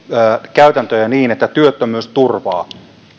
käytäntöjä niin että työttömyysturvaa